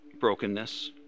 brokenness